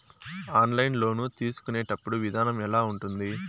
online loan తీసుకునేటప్పుడు విధానం ఎలా ఉంటుంది